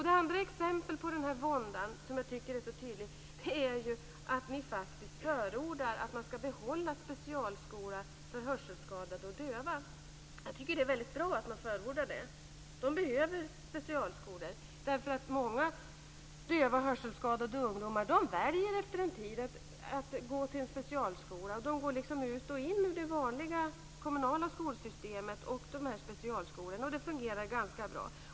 Det andra exempel på våndan som jag tycker är tydligt är att ni faktiskt förordar att man ska behålla specialskolan för hörselskadade och döva. Jag tycker att det är väldigt bra. De behöver specialskolor. Många döva och hörselskadade ungdomar väljer efter en tid att gå till en specialskola. De går ut ur och in i det vanliga kommunala skolsystemet och specialskolorna, och det fungerar ganska bra.